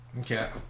Okay